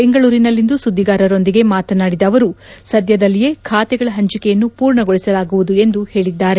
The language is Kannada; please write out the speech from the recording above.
ಬೆಂಗಳೂರಿನಲ್ಲಿಂದು ಸುದ್ದಿಗಾರರೊಂದಿಗೆ ಮಾತನಾಡಿದ ಅವರು ಸದ್ಭದಲ್ಲಿಯೇ ಖಾತೆಗಳ ಹಂಚಿಕೆಯನ್ನು ಪೂರ್ಣಗೊಳಿಸಲಾಗುವುದು ಎಂದು ಹೇಳಿದ್ದಾರೆ